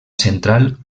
central